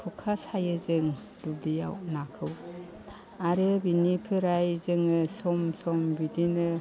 ख'खा सायो जों दुब्लियाव नाखौ आरो बेनिफ्राय जोङो सम सम बिदिनो